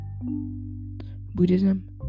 Buddhism